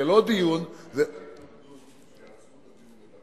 זה לא דיון, אין לך התנגדות שיעשו את הדיון.